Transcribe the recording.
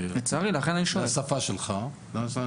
בשפה שלך.